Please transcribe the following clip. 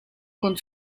con